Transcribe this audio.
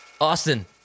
Austin